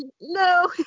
no